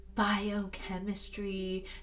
Biochemistry